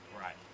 Right